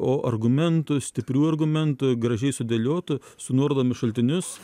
o argumentų stiprių argumentų gražiai sudėliotų su nuorodomis į šaltinius